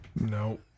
No